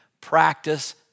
practice